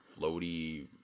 floaty